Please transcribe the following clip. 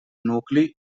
nucli